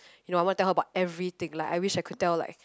you know I want to tell her about everything like I wish I could tell like